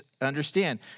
understand